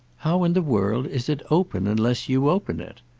how in the world is it open unless you open it?